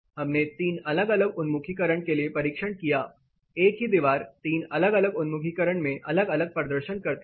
हमने तीन अलग अलग उन्मुखीकरण के लिए परीक्षण किया एक ही दीवार 3 अलग अलग उन्मुखीकरण में अलग अलग प्रदर्शन करती है